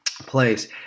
place